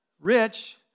rich